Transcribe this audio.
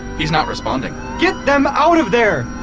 he's not responding get them out of there!